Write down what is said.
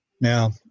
Now